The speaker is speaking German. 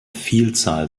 vielzahl